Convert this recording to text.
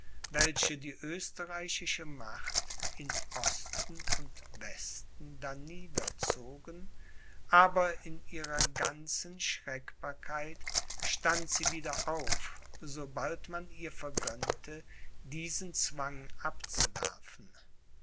welche die österreichische macht in osten und westen darniederzogen aber in ihrer ganzen schreckbarkeit stand sie wieder auf sobald man ihr vergönnte diesen zwang abzuwerfen